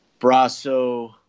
Brasso